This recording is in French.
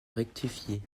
rectifié